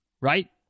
right